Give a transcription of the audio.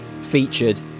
featured